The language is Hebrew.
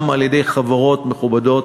גם של חברות מכובדות,